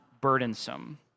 burdensome